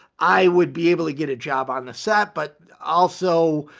i would be able to get a job on the set. but also,